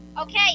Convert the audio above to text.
Okay